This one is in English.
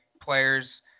players